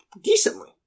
decently